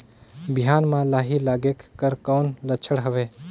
बिहान म लाही लगेक कर कौन लक्षण हवे?